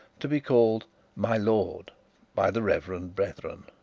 to be called my lord by the reverend brethren.